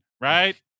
right